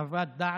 הכשרות,